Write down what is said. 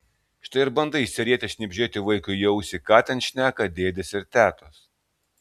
štai ir bandai išsirietęs šnibždėti vaikui į ausį ką ten šneka dėdės ir tetos